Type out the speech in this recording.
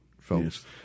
folks